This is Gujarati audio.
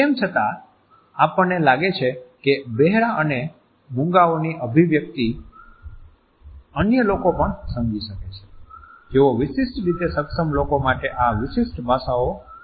તેમ છતાં આપણને લાગે છે કે બહેરા અને મૂંગાની અભિવ્યક્તિ અન્ય લોકો પણ સમજી શકે છે જેઓ વિશિષ્ટ રીતે સક્ષમ લોકો માટે આ વિશિષ્ટ ભાષાઓ સમજી શકતા નથી